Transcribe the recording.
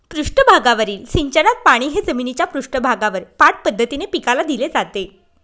पृष्ठभागावरील सिंचनात पाणी हे जमिनीच्या पृष्ठभागावर पाठ पद्धतीने पिकाला दिले जाते